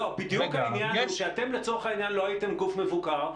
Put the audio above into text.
בדיוק העניין הוא שאתם לצורך העניין לא הייתם גוף מבוקר -- נכון.